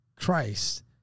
Christ